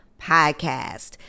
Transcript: podcast